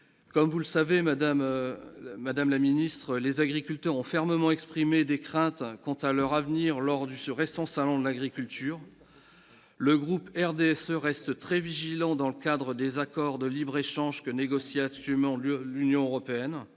comme vous le savez, madame, madame la ministre, les agriculteurs ont fermement exprimé des craintes quant à leur avenir lors du ce récent Salon de l'agriculture, le groupe RDSE restent très vigilants dans le cadre des accords de libre-échange que négocier absolument le l'Union européenne,